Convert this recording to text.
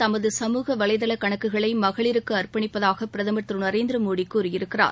தமது சமூக வலைதள கணக்குகளை மகளிருக்கு அர்ப்பணிப்பதாக பிரதமர் திரு நரேந்திர மோடி கூறியிருக்கிறார்